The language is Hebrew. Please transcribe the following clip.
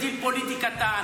טיפת אמת.